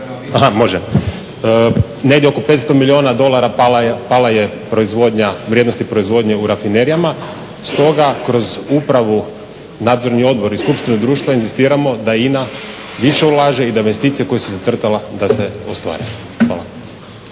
Aha, može, negdje oko 500 milijuna dolara pala je proizvodnja, vrijednosti proizvodnje u rafinerijama, stoga kroz upravu, nadzorni odbor i skupštinu društva inzistiramo da INA više ulaže i da investicije koje si je zacrtala, da se ostvare. Hvala.